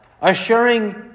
assuring